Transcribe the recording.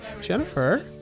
Jennifer